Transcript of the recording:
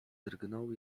drgnął